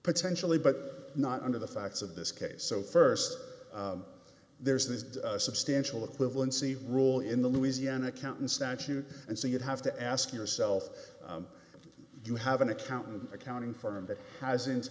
potentially but not under the facts of this case so first there's this substantial equivalency rule in the louisiana accountant statute and so you'd have to ask yourself do you have an accountant accounting firm that has